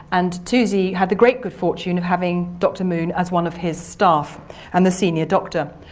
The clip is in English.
and toosey had the great good fortune of having doctor moon as one of his staff and the senior doctor.